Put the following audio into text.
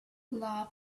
love